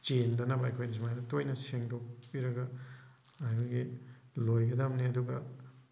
ꯆꯦꯟꯗꯅꯕ ꯑꯩꯈꯣꯏꯅ ꯁꯨꯃꯥꯏꯅ ꯇꯣꯏꯅ ꯁꯦꯡꯗꯣꯛꯄꯤꯔꯒ ꯑꯩꯈꯣꯏꯒꯤ ꯂꯣꯏꯒꯗꯕꯅꯤ ꯑꯗꯨꯒ